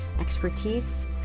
expertise